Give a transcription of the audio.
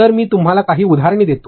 तर मी तुम्हाला काही उदाहरणे देतो